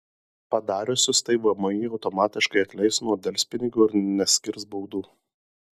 padariusius tai vmi automatiškai atleis nuo delspinigių ir neskirs baudų